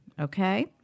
Okay